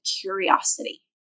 curiosity